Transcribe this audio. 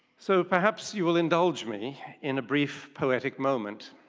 so perhaps you will indulge me in a brief poetic moment.